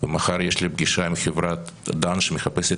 ומחר יש לי פגישה עם חברת 'דן' שמחפשת